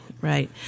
right